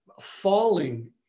falling